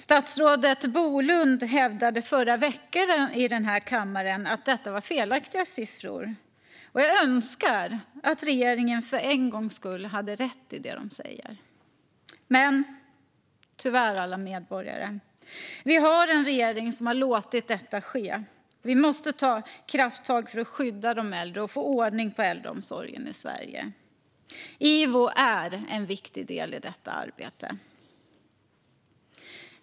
Statsrådet Bolund hävdade förra veckan här i kammaren att detta var felaktiga siffror, och jag önskar att regeringen för en gångs skull hade rätt i det de säger. Men tyvärr, alla medborgare, har vi en regering som har låtit detta ske. Vi måste ta krafttag för att skydda de äldre och få ordning på äldreomsorgen i Sverige. IVO är en viktig del i detta arbete.